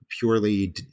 purely